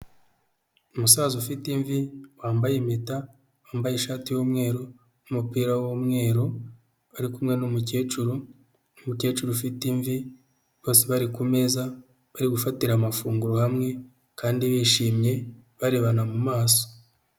Umusaza ufite imvi wambaye impeta wambaye ishati y'umweru n'umupira w'umweru, bari kumwe n'umukecuru, umukecuru ufite imvi bose bari ku meza bari gufatira amafunguro hamwe kandi bishimye barebana mu maso.